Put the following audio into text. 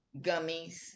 gummies